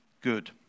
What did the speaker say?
good